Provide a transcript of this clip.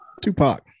Tupac